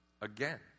again